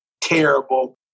Terrible